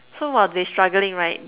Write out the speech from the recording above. so while they struggling right